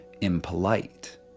impolite